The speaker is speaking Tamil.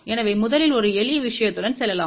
எனவே முதலில் ஒரு எளிய விஷயத்துடன் செல்லலாம்